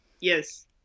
yes